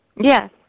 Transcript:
yes